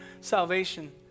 salvation